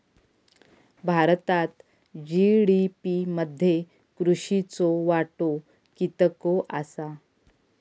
भारतात जी.डी.पी मध्ये कृषीचो वाटो कितको आसा?